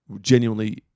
genuinely